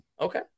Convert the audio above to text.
Okay